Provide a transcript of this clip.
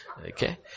Okay